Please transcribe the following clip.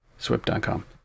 SWIP.com